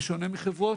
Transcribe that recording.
בשונה מחברות,